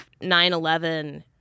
9-11